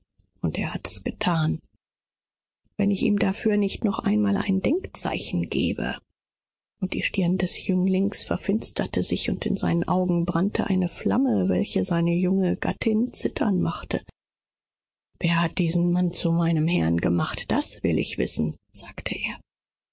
und das that er wenn ich ihm das nicht noch mal vergelte bei diesen worten wurde die stirn des jungen mannes so finster und seine augen begannen so zu funkeln daß seine junge frau davor erbebte wer machte diesen mann zu meinem herrn das ist es was ich wissen will sagte er